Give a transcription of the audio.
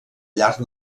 llarg